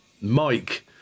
Mike